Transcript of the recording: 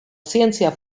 zientzia